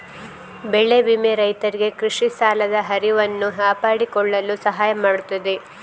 ಬೆಳೆ ವಿಮೆ ರೈತರಿಗೆ ಕೃಷಿ ಸಾಲದ ಹರಿವನ್ನು ಕಾಪಾಡಿಕೊಳ್ಳಲು ಸಹಾಯ ಮಾಡುತ್ತದೆ